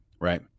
Right